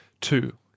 two